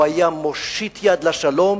הוא היה מושיט יד לשלום